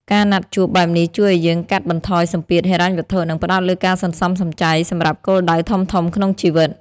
ការណាត់ជួបបែបនេះជួយឱ្យយើងកាត់បន្ថយសម្ពាធហិរញ្ញវត្ថុ និងផ្ដោតលើការសន្សំសំចៃសម្រាប់គោលដៅធំៗក្នុងជីវិត។